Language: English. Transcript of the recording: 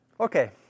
Okay